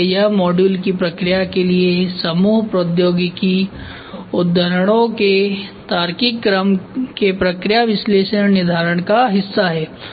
इसलिए यह मॉड्यूल की प्रक्रिया के लिए समूह प्रौद्योगिकी उद्धरणों के तार्किक क्रम के प्रक्रिया विश्लेषण निर्धारण का हिस्सा है